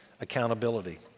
accountability